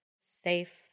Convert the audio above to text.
safe